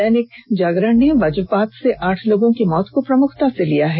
दैनिक जागरण ने वज्रपात से आठ की मौत खबर को प्रमुखता से लिया है